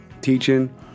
teaching